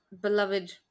beloved